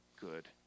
good